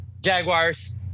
Jaguars